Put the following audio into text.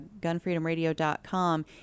gunfreedomradio.com